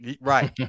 Right